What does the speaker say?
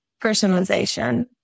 Personalization